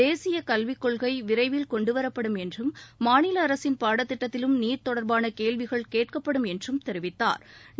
தேசிய கல்விக்கொள்கை விரைவில் கொண்டுவரப்படும் என்றும் மாநில அரசின் பாடத்திட்டத்திலும் நீட் தொடர்பான கேள்விகள் கேட்கப்படும் என்றும் தெரிவித்தாா்